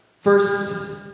First